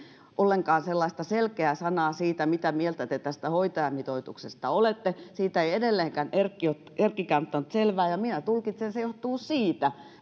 ollenkaan sellaista selkeää sanaa siitä mitä mieltä te tästä hoitajamitoituksesta olette siitä ei edelleenkään erkkikään erkkikään ottanut selvää ja minä tulkitsen että se johtuu siitä